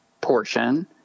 portion